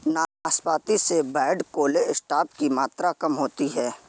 नाशपाती से bad cholesterol की मात्रा कम होती है